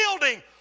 building